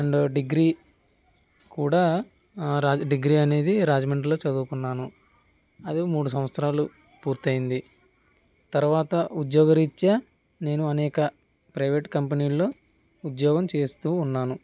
and degree కూడా రాజ degree అనేది రాజమండ్రిలో చదువుకున్నాను అది మూడు సంవత్సరాలు పూర్తయింది తర్వాత ఉద్యోగరీత్యా నేను అనేక ప్రైవేట్ కంపెనీల్లో ఉద్యోగం చేస్తూ ఉన్నాను